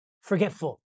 forgetful